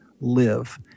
live